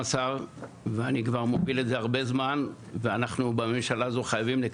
להביא החלטות ממשלה שונות